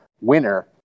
winner